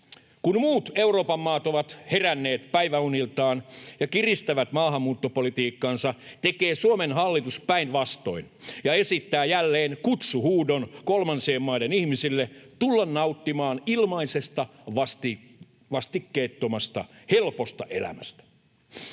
Kun muut Euroopan maat ovat heränneet päiväuniltaan ja kiristävät maahanmuuttopolitiikkaansa, tekee Suomen hallitus päinvastoin ja esittää jälleen kutsuhuudon kolmansien maiden ihmisille tulla nauttimaan ilmaisesta, vastikkeettomasta, helposta elämästä.